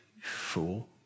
fool